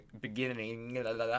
beginning